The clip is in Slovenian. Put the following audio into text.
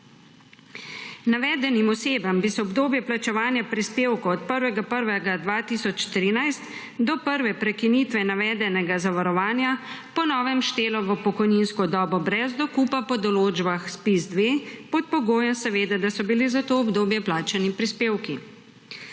Navedenim osebam bi se obdobje plačevanja prispevkov od 1. 1. 2013 do prve prekinitve navedenega zavarovanja po novem štelo v pokojninsko dobo brez dokupa po določbah ZPIZ-2 seveda pod pogojem, da so bili za to obdobje plačani prispevki.